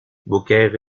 beaucaire